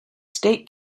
state